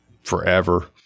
forever